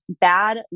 bad